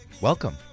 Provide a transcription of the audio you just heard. Welcome